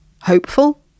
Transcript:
hopeful